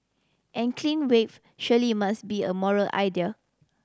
and clean wage surely must be a moral idea